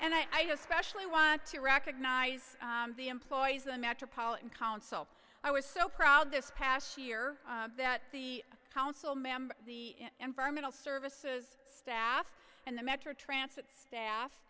and i especially want to recognize the employees the metropolitan council i was so proud this past year that the council member the environmental services staff and the metro transit staff